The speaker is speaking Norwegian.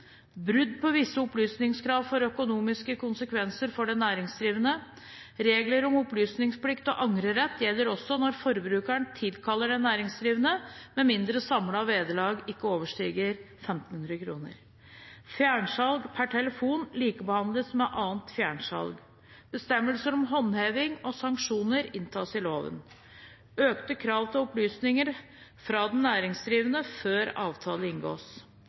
Brudd på visse opplysningskrav får økonomiske konsekvenser for den næringsdrivende. Reglene om opplysningsplikt og angrerett gjelder også når forbrukeren tilkaller den næringsdrivende, med mindre samlet vederlag ikke overstiger 1 500 kr. Fjernsalg per telefon likebehandles med annet fjernsalg. Bestemmelser om håndheving og sanksjoner inntas i loven. Det skal være økte krav til opplysninger fra den næringsdrivende før avtale inngås.